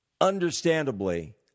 Understandably